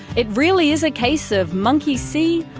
it really is a case of monkey see,